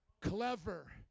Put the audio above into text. clever